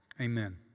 Amen